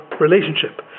relationship